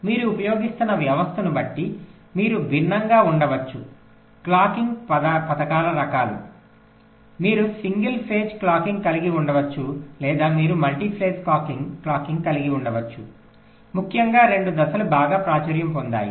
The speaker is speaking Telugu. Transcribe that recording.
మీరు ఉపయోగిస్తున్న వ్యవస్థను బట్టి మీరు విభిన్నంగా ఉండవచ్చు క్లాకింగ్ పథకాల రకాలు మీరు సింగిల్ ఫేజ్ క్లాకింగ్ కలిగి ఉండవచ్చు లేదా మీరు మల్టీ ఫేజ్ క్లాకింగ్ కలిగి ఉండవచ్చు ముఖ్యంగా రెండు దశలు బాగా ప్రాచుర్యం పొందాయి